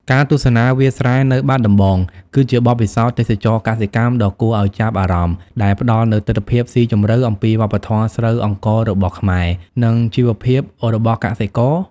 ការទស្សនាវាលស្រែនៅបាត់ដំបង គឺជាបទពិសោធន៍ទេសចរណ៍កសិកម្មដ៏គួរឱ្យចាប់អារម្មណ៍ ដែលផ្ដល់នូវទិដ្ឋភាពស៊ីជម្រៅអំពីវប្បធម៌ស្រូវអង្កររបស់ខ្មែរ និងជីវភាពរបស់កសិករ ។